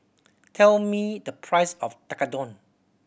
tell me the price of Tekkadon